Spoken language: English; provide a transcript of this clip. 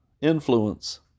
influence